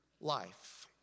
life